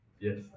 yes